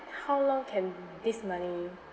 how long can this money